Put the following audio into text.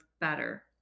better